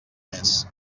més